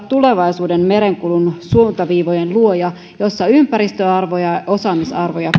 tulevaisuuden merenkulun suuntaviivojen luoja joka kunnioittaa ympäristöarvoja ja osaamisarvoja